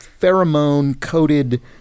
pheromone-coated